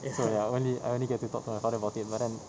so ya I only I only get to talk to my father about it but then